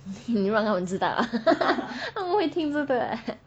你让他们知道啊 他们会听这个 leh